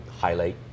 highlight